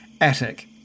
attic